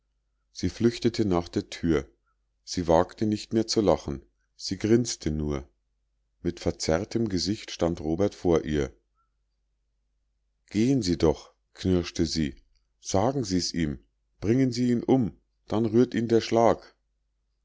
sie flüchtete nach der tür sie wagte nicht mehr zu lachen sie grinste nur mit verzerrtem gesicht stand robert vor ihr gehen sie doch knirschte sie sagen sie's ihm bringen sie ihn um dann rührt ihn der schlag